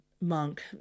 monk